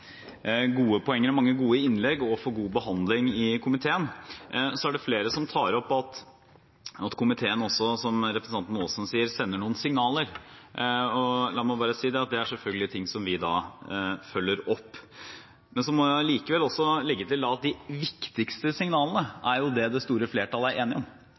gode poenger og mange gode innlegg, og for god behandling i komiteen. Det er flere som tar opp at komiteen også, som representanten Aasen sier, sender noen signaler. La meg bare si at det er selvfølgelig ting som vi følger opp. Så må jeg allikevel legge til at de viktigste signalene er jo det det store flertallet er enig om,